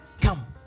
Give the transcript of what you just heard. Come